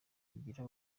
bigira